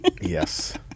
Yes